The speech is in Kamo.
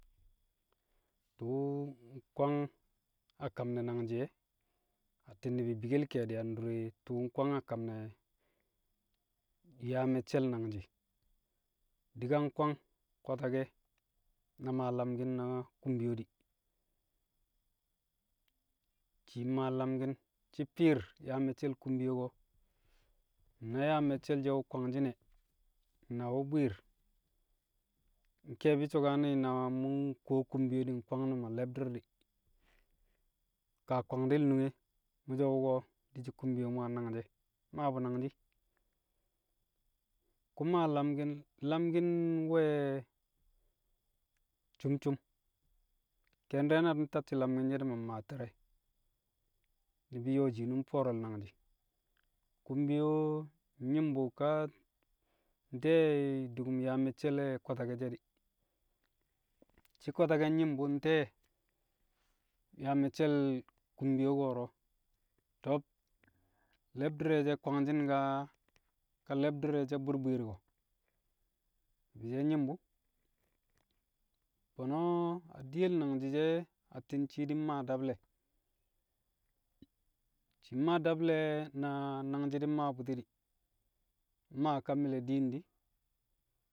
Tu̱u̱ nkwang a kam ne̱ nangji̱ e̱ atti̱n nangji̱ e̱ atti̱n nɪbi̱ bikel ke̱e̱di̱ adure tu̱u̱ nkwang a kam ne̱ yaa me̱cce̱l nangji̱. Di̱ ka nkwang na kwatake̱ maa lamki̱n na kumbiyo di, shii mmaa lamki̱n, shi̱ fi̱i̱r yaa me̱cce̱l kumyo, ko̱ na yaa me̱cce̱l she̱ wu̱ kwangshi̱n e̱, na wu̱ bwi̱i̱r, nke̱e̱bi̱ so̱kane̱ na mu̱ nkuwo kumyo di̱ nkwang nu̱m a le̱bdi̱r di̱, ka kwangdi̱l nunge mu̱ so̱ wu̱ko̱ di̱ shi̱ kumyo mu̱ yang nangshi̱ e̱, mmaa bu̱ nangshi̱. Ku̱ maa lamki̱n, lamki̱n we̱- e̱- cum cum, ke̱e̱n di̱re̱ na ntacci̱ lamki̱n she̱ di̱ ma mmaa te̱re̱, ni̱bi̱ nyo̱o̱ shi̱nu̱m fo̱o̱re̱l nangji̱. Kumyo nyi̱m bu̱ kaa nte̱e̱ du̱ku̱m yaa me̱cce̱ le̱ kwatake̱ she̱ di̱, shi̱ kwatake̱ nyi̱m bu̱ nte̱e̱ yaa me̱cce̱l kumyo ko̱ro̱, to̱b le̱bdi̱r re̱ she̱ kwangshi̱n kaa, ka le̱bdi̱r re̱ she̱ bwi̱i̱r bwi̱i̱r ko̱? Ti̱bshe̱ nyi̱m bu̱ fo̱no̱ adiyel nangji̱ she̱ atti̱n shii di̱ mmaa dablẹ, shii mmaa dablẹ na nangji̱ di̱ maa bu̱ti̱ di̱, mmaa kaa mi̱lẹ diin di̱.